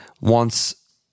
wants